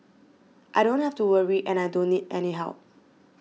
I don't have to worry and I don't need any help